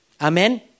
Amen